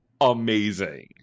amazing